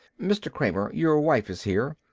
mr. kramer, your wife is here.